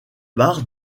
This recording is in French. bar